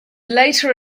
later